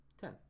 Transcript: Ten